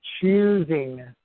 choosing